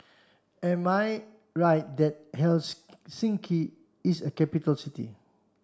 am I right that is a capital city